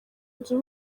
nzu